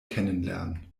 kennenlernen